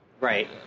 Right